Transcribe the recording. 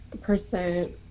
percent